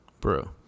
bro